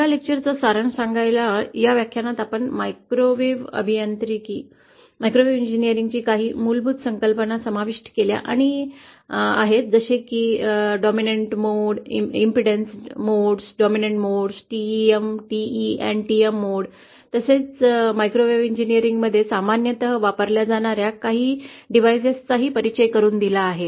या लेक्चरचा सारांश सांगायला या व्याख्यानात आपण मायक्रोवेव्ह अभियांत्रिकी काही मूलभूत संकल्पना समाविष्ट केल्या आहेत जसे की प्रतिबाधा मोड प्रबल मोड TEM TE आणि TM impedance modes dominant modes TEM TE and TM mode तसेच मायक्रोवेव्ह अभियांत्रिकी मध्ये सामान्यतः वापरल्या जाणार्या काही साधनांचा परिचय करून दिला आहे